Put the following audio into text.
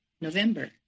November